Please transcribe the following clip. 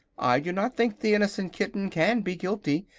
i do not think the innocent kitten can be guilty,